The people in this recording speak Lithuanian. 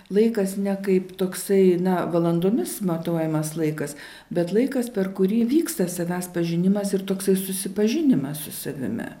laikas ne kaip toksai na valandomis matuojamas laikas bet laikas per kurį vyksta savęs pažinimas ir toksai susipažinimas su savimi